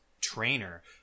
trainer